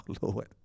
Lord